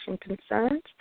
concerns